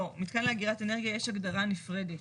לא, מתקן לאגירת אנרגיה יש הגדרה נפרדת.